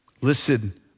Listen